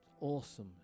Awesome